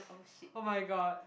oh-my-god